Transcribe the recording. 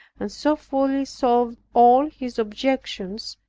and so fully solved all his objections,